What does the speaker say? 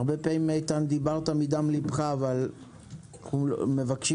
הרבה פעמים דיברת מדם לבך אבל אנחנו מבקשים